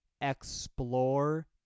Explore